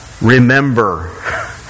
remember